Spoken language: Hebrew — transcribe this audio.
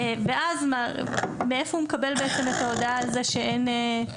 ואז מאיפה הוא מקבל בעצם את ההודעה על זה שאין ---?